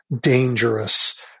dangerous